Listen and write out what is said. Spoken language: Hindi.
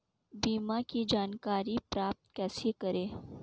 बीमा की जानकारी प्राप्त कैसे करें?